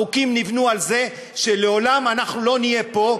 החוקים נבנו על זה שלא לעולם אנחנו נהיה פה,